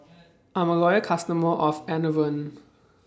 I'm A Loyal customer of Enervon